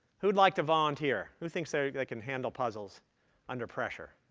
who'd like to volunteer? who thinks so they can handle puzzles under pressure?